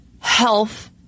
health